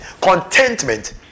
Contentment